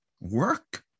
Work